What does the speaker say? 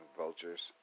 vultures